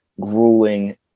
grueling